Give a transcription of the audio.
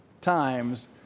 times